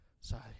Sorry